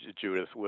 Judith